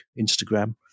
Instagram